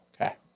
Okay